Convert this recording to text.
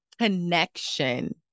connection